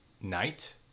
night